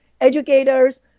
educators